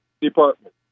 department